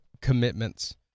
commitments